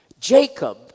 Jacob